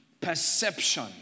perception